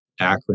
acronym